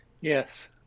Yes